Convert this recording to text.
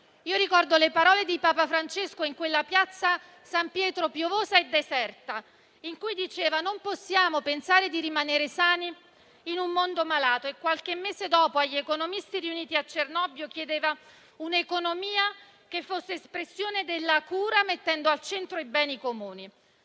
Ricordo le parole di Papa Francesco in quella piazza San Pietro piovosa e deserta quando disse che non possiamo pretendere di rimanere sani in un mondo malato. Qualche mese dopo, agli economisti riuniti a Cernobbio, chiedeva un'economia che fosse espressione della cura, mettendo al centro i beni comuni.